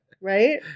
Right